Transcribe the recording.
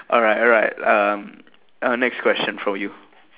alright alright uh uh next question from you